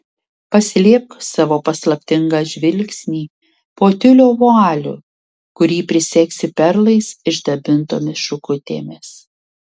paslėpk savo paslaptingą žvilgsnį po tiulio vualiu kurį prisegsi perlais išdabintomis šukutėmis